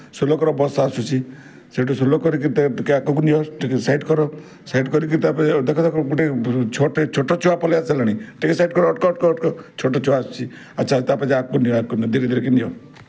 slow କର bus ଆସୁଛି ସେଇଠି ସ୍ଲୋ କରିକି ଟିକେ ଆଗକୁ ନିଅ ଟିକେ ସାଇଡ଼୍ କର ସାଇଡ୍ କରିକି ତା'ପରେ ଦେଖ ଦେଖ ଗୋଟେ ଛୁଆଟେ ଛୋଟ ଛୁଆ ପଳାଇ ଆସିଲାଣି ଟିକେ ସାଇଡ଼୍ କର ଅଟକାଅ ଅଟକାଅ ଅଟକାଅ ଛୋଟ ଛୁଆ ଆସୁଛି ଆଚ୍ଛା ତା'ପରେ ଆଗକୁ ନିଅ ଆଗକୁ ନିଅ ଧିରେ ଧିରେ କି ନିଅ